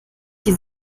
die